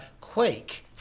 Quake